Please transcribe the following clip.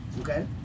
okay